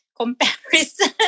comparison